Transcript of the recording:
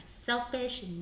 selfish